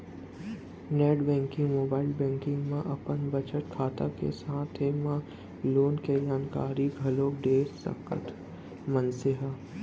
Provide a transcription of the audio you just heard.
net banking, mobile banking म अपन बचत खाता के साथे म लोन के जानकारी घलोक देख सकत हे मनसे ह